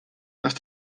dass